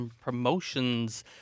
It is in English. promotions